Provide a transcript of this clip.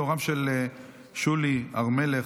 הוריו של שולי הר מלך,